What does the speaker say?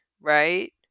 right